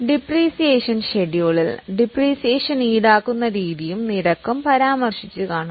depreciation ഷെഡ്യൂളിൽ രീതിയും depreciation നിരക്കും പരാമർശിച്ചിട്ടുണ്ടാകും